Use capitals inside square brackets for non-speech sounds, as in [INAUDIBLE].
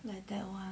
[NOISE]